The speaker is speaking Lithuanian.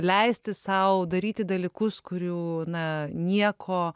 leisti sau daryti dalykus kurių na nieko